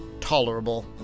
tolerable